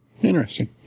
Interesting